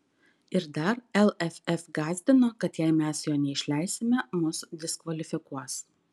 ir dar lff gąsdino kad jei mes jo neišleisime mus diskvalifikuos